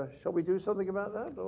shall we do something about that?